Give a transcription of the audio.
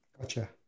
Gotcha